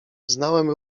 znałem